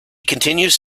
continues